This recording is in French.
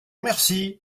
merci